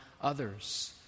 others